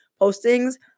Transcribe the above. postings